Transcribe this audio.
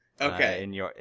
Okay